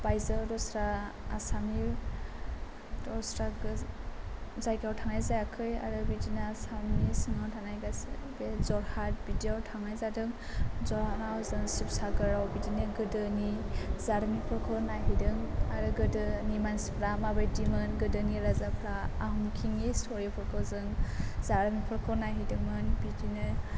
बायजोआव दस्रा आसामनि दस्रा जायगायाव थांनाय जायाखै आरो बिदिनो आसामनि सिङाव थानाय गासिबो बे जरहाट बिदियाव थांनाय जादों जरहाटआव जों सिबसागराव बिदिनो गोदोनि जारिमिनफोरखौ नायहैदों आरो गोदोनि मानसिफोरा माबायदिमोन गोदोनि राजाफोरा आहम किं नि स्ट'रि फोरखौ जों जारिमिनफोरखौ नायहैदोंमोन बिदिनो